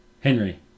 Henry